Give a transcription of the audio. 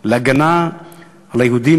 להגנה על יהודים,